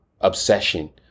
obsession